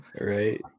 Right